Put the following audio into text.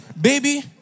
baby